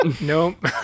Nope